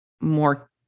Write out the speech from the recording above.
more